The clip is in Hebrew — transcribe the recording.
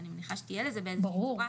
ואני מניחה שתהיה לזה באיזה שהיא צורה,